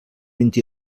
vint